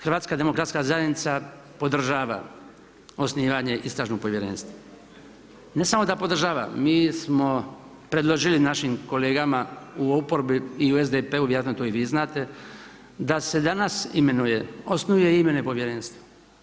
HDZ podržava osnivanje istražnog povjerenstva, ne samo da podržava, mi smo predložili našim kolegama u oporbi i u SDP-u, vjerojatno to i vi znate da se danas imenuje, osnuje i imenuje povjerenstvo.